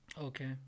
Okay